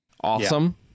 Awesome